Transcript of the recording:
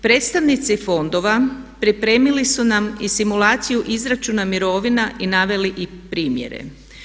Predstavnici fondova pripremili su nam i simulaciju izračuna mirovina i naveli i primjere.